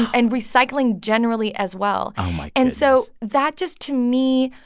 and recycling generally as well and so that just, to me,